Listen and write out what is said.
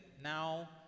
now